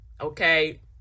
okay